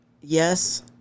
yes